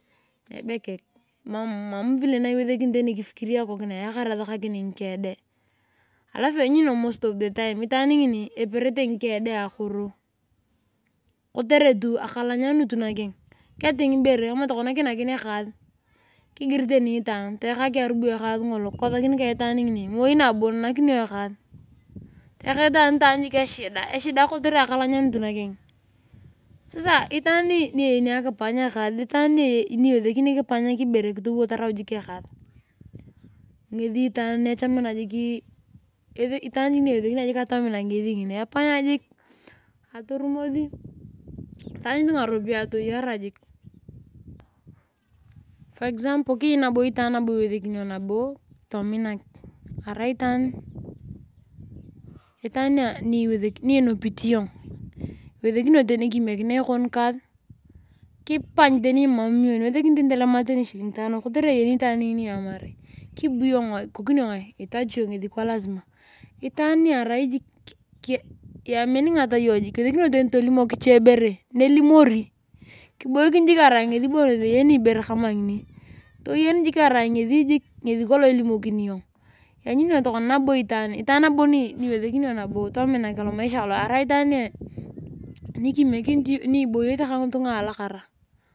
Ebekek mam venye niwesekini kifikirio asakakin ngikedee alaf aranyuni iyong most of the time itaani ngini epejete ngide keng ka akoro kotere tu akalanyanut nakena keting ibere ama keinaken ekaas kigir taani kukosakiri ka itaan ngirie moi nabo taayaka itaan ngini taany jik echida kotere akotanyanut nakena itaan niwesekini akipanyakin ibere taraw jiik ekaas ngesi itaan itaan ni ewesekini ayong atominak ngesi epanya jiik atorumosi atanyutu ngaropiyae atayara jik for example keyei itaan nabo iwesekine iyong tominak arai itaan ni inupit iyong iwesekini tani kimekinia ekon kaas kipany niwesekini talema tani shilingi tani kotere eyani itaani ngini atumar kibu iyong itachi iyong ngesi kwalasima itaan ni arai jik laminingata iyong jik iwesekini iyong tani tolimok ichebere nelimosi tayen bon itaan nabo niwesekini iyong tominak arai itaan nboyeti kangitunga alataka.